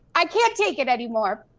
i can't take it anymore.